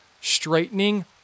straightening